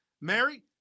Mary